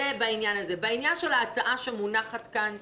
בעניין ההצעה שמונחת כאן,